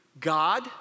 God